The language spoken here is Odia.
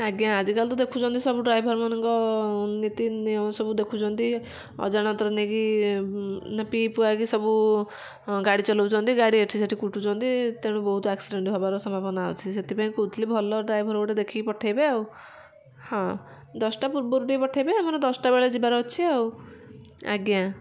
ଆଜ୍ଞା ଆଜିକାଲି ତ ଦେଖୁଛନ୍ତି ସବୁ ଡ୍ରାଇଭର ମାନଙ୍କ ନୀତି ନିୟମ ସବୁ ଦେଖୁଛନ୍ତି ଅଜାଣତରେ ନେଇକି ନା ପିଇ ପୁଆକି ସବୁ ଗାଡ଼ି ଚଲାଉଛନ୍ତି ଗାଡ଼ି ଏଠିସେଠି କୁଟୁଛନ୍ତି ତେଣୁ ବହୁତ ଆକ୍ସିଡ଼େଣ୍ଟ ହେବାର ସମ୍ଭାବନା ଅଛି ସେଥିପାଇଁ କହୁଥିଲି ଭଲ ଡ୍ରାଇଭର ଗୋଟେ ଦେଖିକି ପଠାଇବେ ଆଉ ହଁ ଦଶଟା ପୂର୍ବରୁ ଟିକେ ପଠାଇବେ ଆମର ଦଶଟା ବେଳେ ଯିବାର ଅଛି ଆଉ ଆଜ୍ଞା